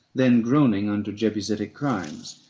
then groaning under jebusitic crimes.